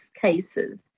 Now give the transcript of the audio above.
cases